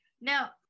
Now